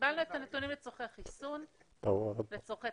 קיבלנו את הנתונים לצורכי חיסון, לצורכי